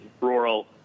rural